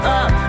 up